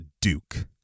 Duke